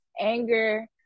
anger